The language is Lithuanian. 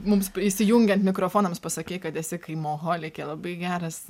mums įsijungiant mikrofonams pasakei kad esi kaimoholikė labai geras